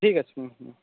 ঠিক আছে হুম